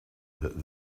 that